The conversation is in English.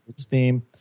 theme